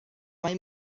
mae